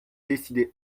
décidez